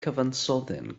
cyfansoddyn